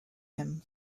him